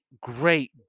great